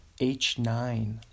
H9